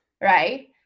Right